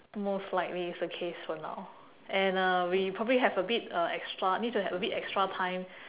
most likely is the case for now and uh we probably have a bit uh extra need to have a bit extra time